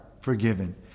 forgiven